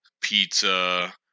pizza